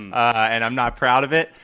and i'm not proud of it.